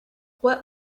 what